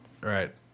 right